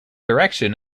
direction